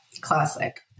classic